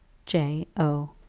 j. o.